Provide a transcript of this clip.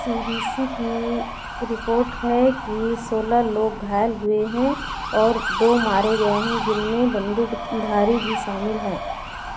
सी B C की report है कि सोलह लोग घायल हुए हैं और दो मारे गए हैं जिनमें बंदूक धारी भी शामिल हैं